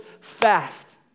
fast